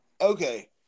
okay